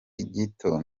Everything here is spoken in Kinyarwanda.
gito